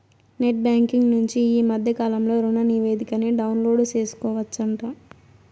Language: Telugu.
నెట్ బ్యాంకింగ్ నుంచి ఈ మద్దె కాలంలో రుణనివేదికని డౌన్లోడు సేసుకోవచ్చంట